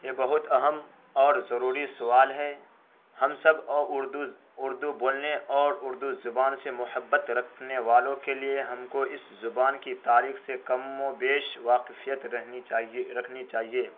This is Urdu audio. یہ بہت اہم اور ضروری سوال ہے ہم سب اردو اردو بولنے اور اردو زبان سے محبت رکھنے والوں کے لیے ہم کو اس زبان کی تاریخ سے کم و بیش واقفیت رہنی چاہیے رکھنی چاہیے